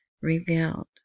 revealed